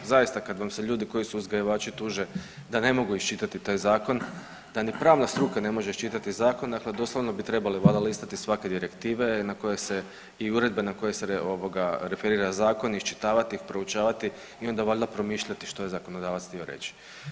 Zaista kad vam se ljudi koji su uzgajivači tuže da ne mogu iščitati taj zakon, da ni pravna struka ne može iščitati zakon dakle doslovno bi trebali valjda listati svake direktive na koje se i uredbe na koje se ovoga referira zakon i iščitavati ih, proučavati i onda valjda promišljati što je zakonodavac htio reći.